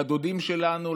לדודים שלנו,